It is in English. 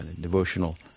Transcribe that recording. devotional